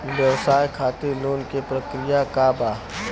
व्यवसाय खातीर लोन के प्रक्रिया का बा?